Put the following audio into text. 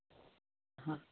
हा